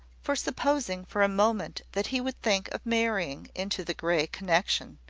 for supposing for a moment that he would think of marrying into the grey connexion.